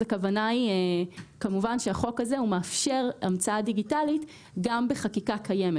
כמובן שהחוק הזה מאפשר המצאה דיגיטלית גם בחקיקה קיימת.